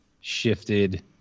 shifted